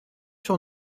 sur